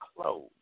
clothes